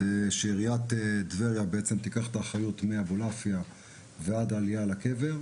שעיריית טבריה תיקח את האחריות מאבולעפיה ועד העלייה לקבר,